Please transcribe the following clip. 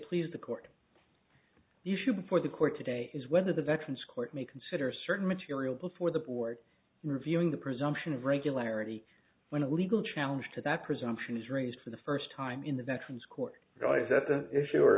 please the court the issue before the court today is whether the veterans court may consider certain material before the board reviewing the presumption of regularity when a legal challenge to that presumption is raised for the first time in the veterans court right is that the issue or